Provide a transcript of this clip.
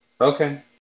Okay